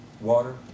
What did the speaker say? water